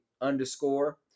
underscore